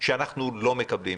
שאנחנו לא מקבלים.